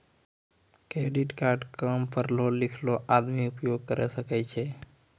Credit card काम पढलो लिखलो आदमी उपयोग करे सकय छै?